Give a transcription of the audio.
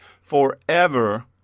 forever